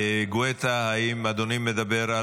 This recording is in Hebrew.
גואטה, האם אדוני מדבר,